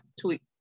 tweet